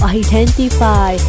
identify